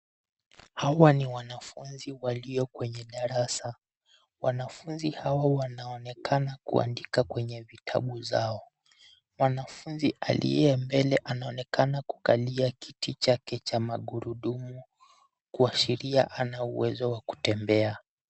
Hawa ni wanafunzi walio kwenye darasa, wanafunzi hawa wanaonekana kuandika kwenye vitabu zao. Mwanafunzi aliye mbele anaonekana kukalia kiti chake cha magurudumu kuashiria hana uwezo wa kutembea.